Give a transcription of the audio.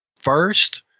first